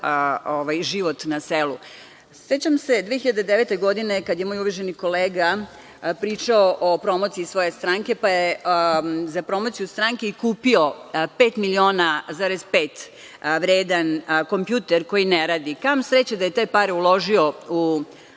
život na selu.Sećam se 2009. godine kad je moj uvaženi kolega pričao o promociji svoje stranke, pa je za promociju stranke i kupio 5,5 miliona vredan kompjuter koji ne radi. Kamo sreće da je te pare uložio u